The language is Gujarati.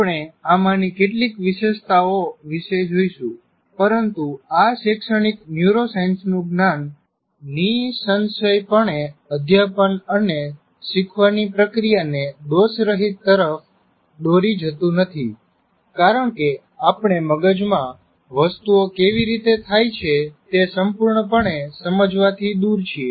આપણે આમાંની કેટલીક વિશેષતાઓ વિશે જોઈશું પરંતુ આ શૈક્ષણિક ન્યુરોસાયન્સનું જ્ઞાન નિસંશય પણે અધ્યાપન અને શીખવાની પ્રક્રિયાને દોષરહિત તરફ દોરી જતું નથી કારણ કે આપણે મગજ માં વસ્તુઓ કેવી રીતે થાય છે તે સંપર્ણપણે સમજવાથી દૂર છીએ